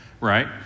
right